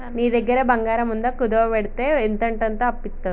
నీ దగ్గర బంగారముందా, కుదువవెడ్తే ఎంతంటంత అప్పిత్తరు